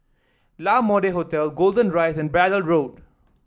La Mode Hotel Golden Rise and Braddell Road